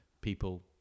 people